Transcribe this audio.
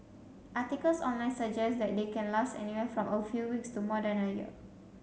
articles online suggest they can last anywhere from a few weeks to more than a year